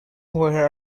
where